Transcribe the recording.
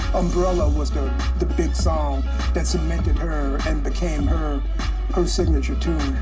umbrella was the big song that cemented her and became her her signature tune.